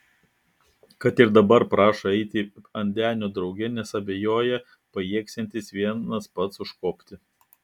kad ir dabar prašo eiti ant denio drauge nes abejoja pajėgsiantis vienas pats užkopti